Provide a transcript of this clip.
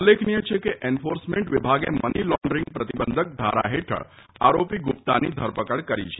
ઉલ્લેખનીય છે કે એન્ફોર્સમેન્ટ વિભાગે મની લોન્ડરિંગ પ્રતિબંધક ધારા હેઠળ આરોપી ગુપ્તાની ધરપકડ કરી છે